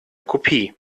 kopie